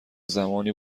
زمانی